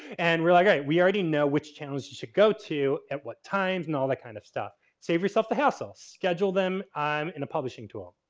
and we were like alright, we already know which channels you should go to, at what times, and all that kind of stuff. save yourself the hassle, schedule them. i'm in a publishing tool.